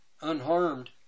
unharmed